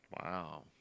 Wow